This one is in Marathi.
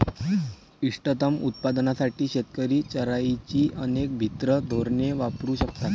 इष्टतम उत्पादनासाठी शेतकरी चराईची अनेक भिन्न धोरणे वापरू शकतात